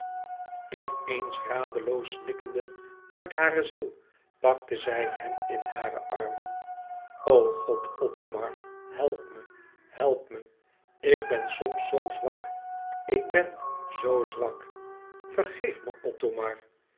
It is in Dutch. in eens radeloos snikkende uit hare ziel pakte zij hem in hare armen o god othomar help me help me ik ben soms zoo zwak ik ben zoo zwak vergeef me